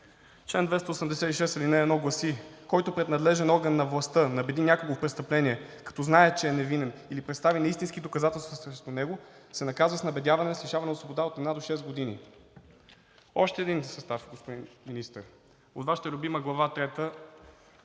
Чл. 286, ал. 1 гласи: „Който пред надлежен орган на властта набеди някого в престъпление, като знае, че е невинен, или представи неистински доказателства срещу него, се наказва с лишаване от свобода от една до шест години.“ Още един състав, господин Министър, от Вашата любима Глава трета,